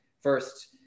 first